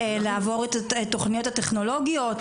לעבור את התוכניות הטכנולוגיות,